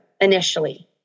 initially